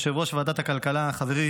יושב-ראש ועדת הכלכלה חברי